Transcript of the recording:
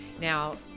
Now